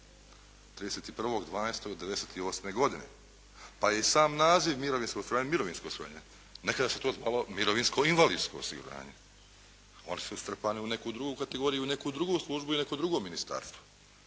31.12.'98. godine, pa i sam naziv mirovinsko …/Govornik se ne razumije./… Nekad se to zvalo mirovinsko-invalidsko osiguranje. Oni su strpani u neku drugu kategoriju, u neku drugu službu i neko drugo ministarstvo.